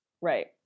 right